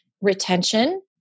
retention